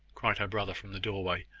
cried her brother, from the doorway,